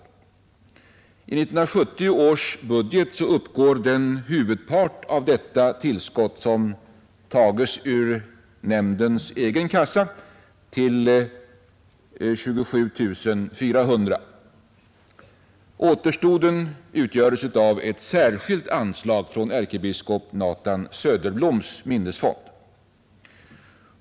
I 1970 års budget uppgår den huvudpart av detta tillskott som tages ur nämndens egen kassa till 27 400 kronor. Återstoden utgöres av ett särskilt anslag från Ärkebiskop Nathan Söderbloms minnesfond.